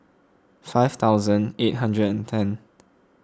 five thousand eight hundred and ten